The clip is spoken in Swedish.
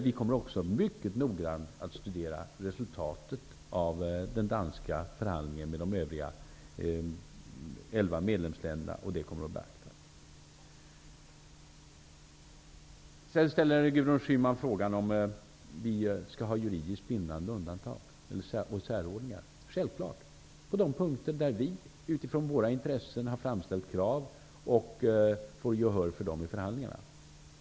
Vi kommer också att mycket noggrant studera resultatet av den danska förhandlingen med de övriga elva medlemsländerna, och det kommer att beaktas. Sedan ställde Gudrun Schyman frågan om vi skall ha juridiskt bindande undantag och särordningar. Självklart, på de punkter där vi utifrån våra intressen har framställt krav och får gehör för dem vid förhandlingarna.